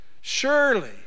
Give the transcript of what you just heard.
Surely